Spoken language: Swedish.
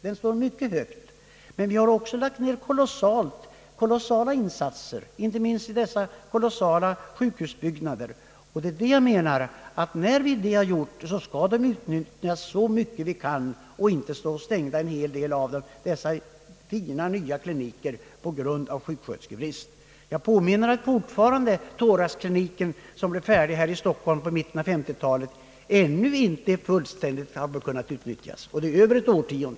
Jag anser emellertid att när vi har lagt ner så kolossala insatser i sjukhusbyggnader, så får inte en stor del av dessa nya fina kliniker stå stängda på grund av sjuksköterskebrist. Jag påminner om att thoraxkliniken i Stockholm, som blev färdig i mitten av 1950-talet, ännu inte kunnat fullt utnyttjas av denna orsak. Det har gällt i över ett årtionde.